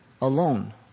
alone